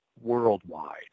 worldwide